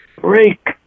break